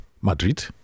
Madrid